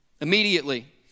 immediately